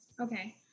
Okay